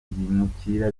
bimukira